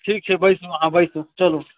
ठीक छै बैसू अहाँ बैसू चलू